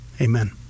Amen